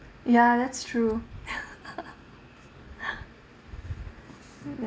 ya that's true